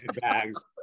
bags